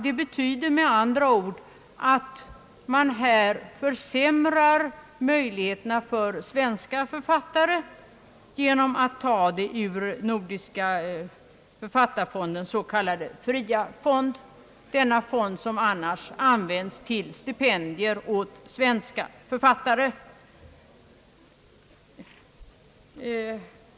Det betyder med andra ord att man försämrar möjligheterna för svenska författare genom att ta beloppet ur Nordiska författarfondens s.k. fria fond, som annars används till stipendier åt svenska författare.